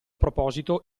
proposito